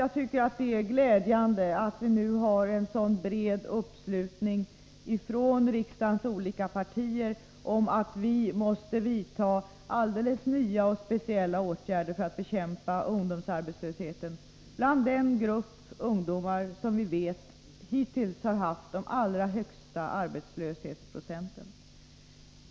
Jag tycker att det är glädjande att vi nu har en så bred uppslutning från riksdagens partier om att vi måste vidta nya och alldeles speciella åtgärder för att bekämpa ungdomsarbetslösheten inom den grupp ungdomar som vi vet hittills har haft den allra högsta arbetslöshetsprocenten.